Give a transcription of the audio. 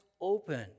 open